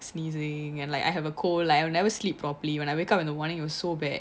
sneezing and like I have a cold like I never sleep properly you when I wake up in the morning it was so bad